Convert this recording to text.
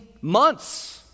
months